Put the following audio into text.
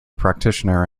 practitioner